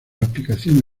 aplicación